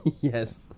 yes